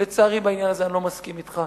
לצערי, בעניין הזה אני לא מסכים אתך.